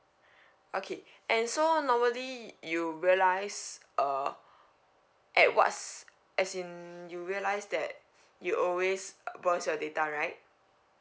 okay and so normally you you realize uh at what's as in you realize that you always uh burst your data right